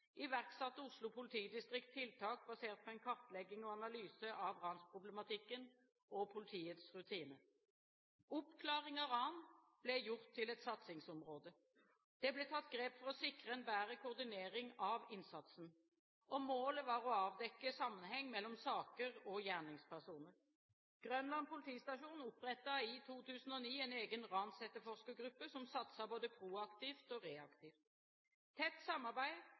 iverksatte Oslo politidistrikt tiltak basert på en kartlegging og analyse av ransproblematikken og politiets rutiner. Oppklaring av ran ble gjort til et satsingsområde. Det ble tatt grep for å sikre en bedre koordinering av innsatsen. Målet var å avdekke sammenheng mellom saker og gjerningspersoner. Grønland politistasjon opprettet i 2009 en egen ransetterforskergruppe, som satset både proaktivt og reaktivt. Tett samarbeid